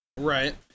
Right